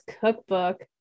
cookbook